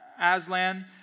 Aslan